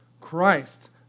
Christ